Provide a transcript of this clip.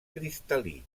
cristal·lí